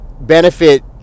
benefit